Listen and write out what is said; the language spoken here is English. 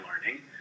learning